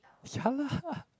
ya lah